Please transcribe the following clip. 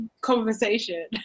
conversation